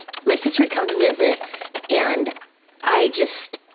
my sister had come to visit and i just.